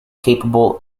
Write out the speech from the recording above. capable